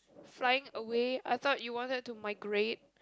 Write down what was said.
flying away I thought you wanted to migrate